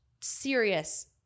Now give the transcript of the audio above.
serious